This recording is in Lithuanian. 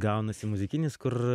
gaunasi muzikinis kur